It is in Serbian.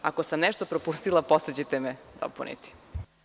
Ako sam nešto propustila, posle ćete me dopuniti.